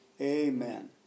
Amen